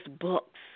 books